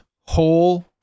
whole